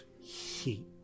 heat